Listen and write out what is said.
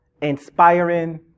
Inspiring